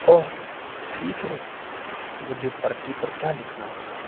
اوہ ٹھیک ہے مجھے پرچی پر کیا لکھنا ہوگا